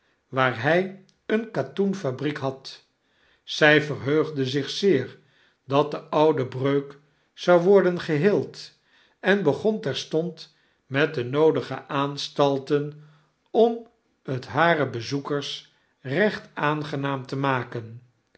waar hy een katoenfabriek had zy verheugde zich zeer dat de oude breuk zou worden geheeld en begon terstond met de noodige aanstalten om het haren bezoekers recht aangenaam te maken